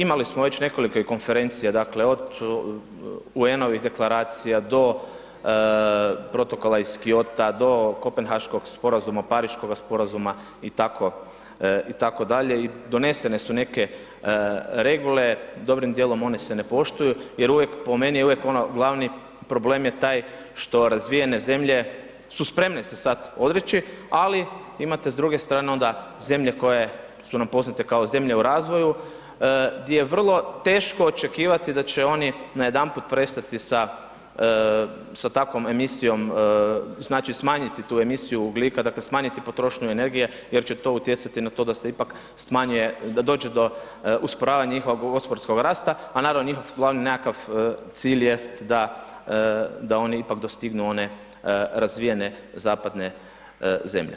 Imali smo već nekoliko i konferencija, dakle od UN-ovih Deklaracija do Protokola iz Kyota, do Kopenhaškog sporazuma, Pariškoga sporazuma, i tako, i tako dalje, i donesene su neke regule, dobrim dijelom one se ne poštuju, jer uvijek, po meni je uvijek ono, glavni problem je taj što razvijene zemlje su spremne se sad odreći, ali imate s druge strane onda zemlje koje su nam poznate kao zemlje u razvoju gdje vrlo teško očekivati da će oni najedanput prestati sa, sa takvom emisijom, znači smanjiti tu emisiju ugljika, dakle smanjiti potrošnju energije jer će to utjecati na to da se ipak smanjuje, da dođe do usporavanja njihova gospodarskog rasta, a naravno njihov glavni nekakav cilj jest da, da oni ipak dostignu one razvijene zapadne zemlje.